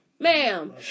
Ma'am